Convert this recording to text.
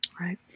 Right